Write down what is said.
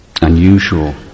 unusual